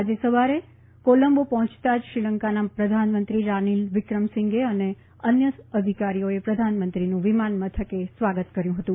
આજે સવારે કોલંબો પહોંચતા જ શ્રીલંકાના પ્રધાનમંત્રી રાનીલ વિક્રમસિંઘે અને અન્ય અધિકારીઓએ પ્રધાનમંત્રીનું વિમાન મથકે સ્વાગત કર્યુ હતું